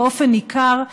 באופן ניכר,